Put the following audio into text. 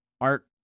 art